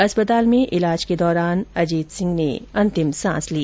अस्पताल में ईलाज के दौरान अजीत सिंह ने अंतिम सांस ली